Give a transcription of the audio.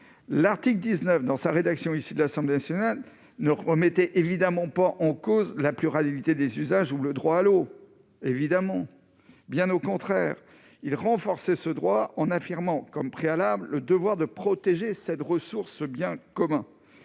L'article 19 dans sa rédaction issue de l'Assemblée nationale ne remettait évidemment pas en cause la pluralité des usages ou le droit à l'eau, évidemment, bien au contraire il renforcer ce droit en affirmant, comme préalable, le devoir de protéger cette ressource bien commun